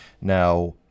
Now